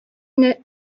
мине